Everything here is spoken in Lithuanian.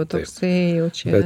jau toksai jau čia